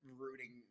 rooting